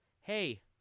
Hey